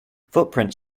footprints